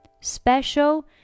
Special